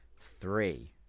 Three